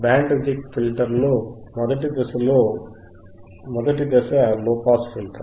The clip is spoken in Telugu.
బ్యాండ్ రిజెక్ట్ ఫిల్టర్ లో మొదటి దశ లోపాస్ ఫిల్టర్